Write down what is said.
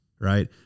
right